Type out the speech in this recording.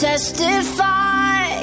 testify